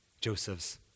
Joseph's